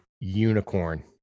unicorn